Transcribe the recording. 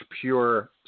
Pure